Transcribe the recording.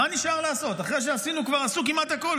מה נשאר לעשות אחרי שעשו כמעט הכול?